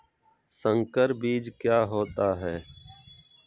संकर बीज क्या होता है?